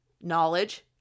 knowledge